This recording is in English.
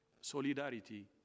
solidarity